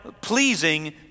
pleasing